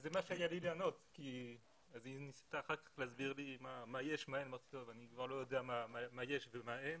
היא ניסתה אחר כך להסביר לי מה יש ומה אין.